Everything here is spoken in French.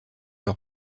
leur